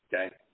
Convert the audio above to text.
Okay